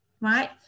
right